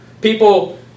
People